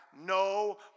no